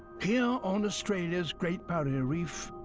here, on australia's great barrier reef,